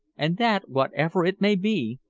and that, whatever it may be,